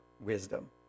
wisdom